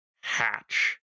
hatch